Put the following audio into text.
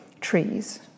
trees